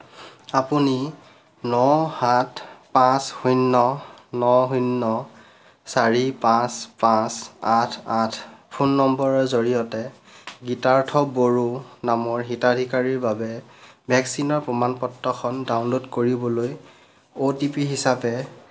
আপুনি ন সাত পাঁচ শূন্য ন শূন্য চাৰি পাঁচ পাঁচ আঠ আঠ ফোন নম্বৰৰ জৰিয়তে গীতাৰ্থ বড়ো নামৰ হিতাধিকাৰীৰ বাবে ভেকচিনৰ প্ৰমাণ পত্ৰখন ডাউনলোড কৰিবলৈ অ'টিপি হিচাপে